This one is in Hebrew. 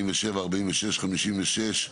47, 46, 56,